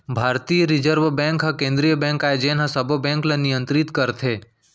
भारतीय reserve bank ह केंद्रीय बेंक आय जेन ह सबो बेंक ल नियतरित करथे